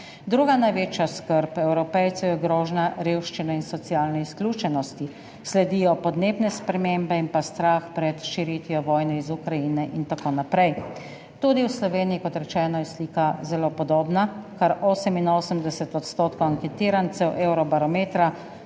Druga največja skrb Evropejcev je grožnja revščine in socialne izključenosti. Sledijo podnebne spremembe in pa strah pred širitvijo vojne iz Ukrajine in tako naprej. Tudi v Sloveniji, kot rečeno, je slika zelo podobna, kar 88 % anketirancev Eurobarometra